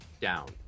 down